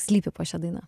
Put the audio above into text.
slypi po šia daina